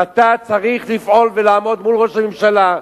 ואתה צריך לפעול ולעמוד מול ראש הממשלה,